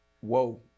whoa